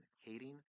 hating